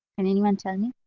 and anyone tell me?